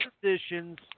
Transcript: positions